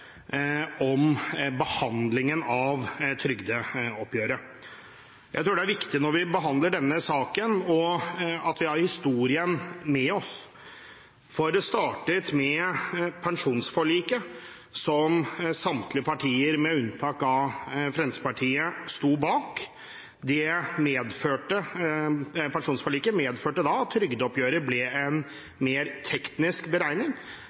om behandlingen av trygdeoppgjøret. Jeg tror det er viktig, når vi behandler denne saken, at vi har historien med oss. Det startet med pensjonsforliket som samtlige partier, med unntak av Fremskrittspartiet, sto bak. Pensjonsforliket medførte at trygdeoppgjøret ble – kort forklart – en mer teknisk beregning